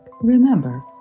Remember